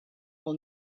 will